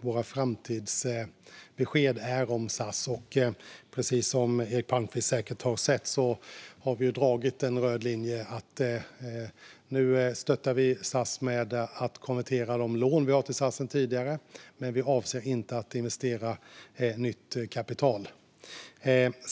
våra framtidsbesked till SAS. Precis som Eric Palmqvist säkert har sett har vi dragit en röd linje som innebär att vi nu stöttar SAS genom att konvertera de lån som vi har gett till SAS tidigare. Men vi avser inte att investera nytt kapital.